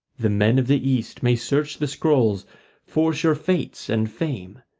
the men of the east may search the scrolls for sure fates and fame,